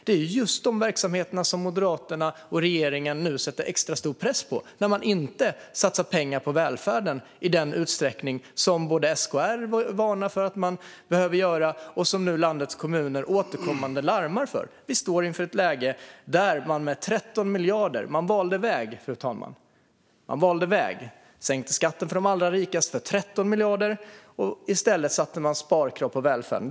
Det är just de verksamheterna som Moderaterna och regeringen nu sätter extra stor press på när man inte satsar pengar på välfärden i den utsträckning som SKR varnar för att man behöver göra och som landets kommuner återkommande larmar om. Man valde väg, fru talman. Man sänkte skatten för de allra rikaste med 13 miljarder och satte i stället sparkrav på välfärden.